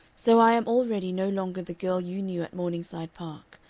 so i am already no longer the girl you knew at morningside park.